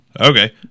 Okay